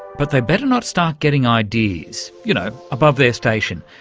but they better not start getting ideas you know, above their station.